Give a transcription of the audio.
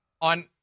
on